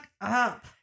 up